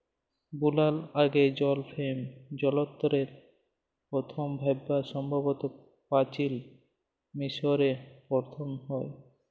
বুলার ল্যাইগে জল ফেম যলত্রের পথম ব্যাভার সম্ভবত পাচিল মিশরে পথম হ্যয়